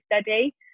study